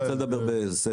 אני רוצה לדבר בסדר.